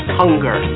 hunger